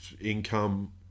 income